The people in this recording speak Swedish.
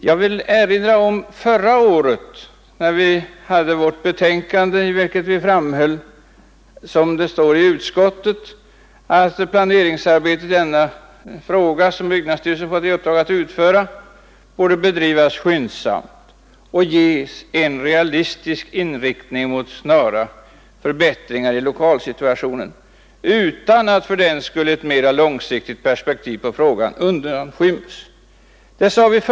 Jag vill erinra om förra årets betänkande, i vilket vi framhöll — såsom det står i årets utskottsbetänkande — att det planeringsarbete i denna fråga som byggnadsstyrelsen fått i uppdrag att utföra borde bedrivas skyndsamt och ges en realistisk inriktning mot snara förbättringar i lokalsituationen utan att fördenskull ett mera långsiktigt perspektiv på frågan undanskymdes.